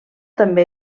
també